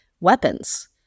weapons